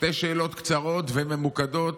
שתי שאלות קצרות וממוקדות,